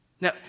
Now